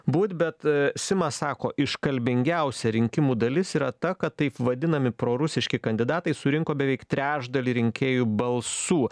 būti bet simas sako iškalbingiausia rinkimų dalis yra ta kad taip vadinami prorusiški kandidatai surinko beveik trečdalį rinkėjų balsų